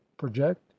project